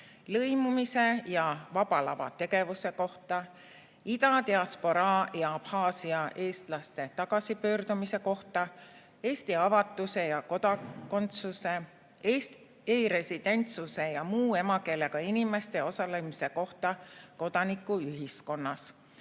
lõimumise ja Vaba Lava tegevuse kohta, ida diasporaa ja Abhaasia eestlaste tagasipöördumise kohta, Eesti avatuse ja kodakondsuse, e‑residentsuse ja muu emakeelega inimeste osalemise kohta kodanikuühiskonnas.